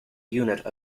unit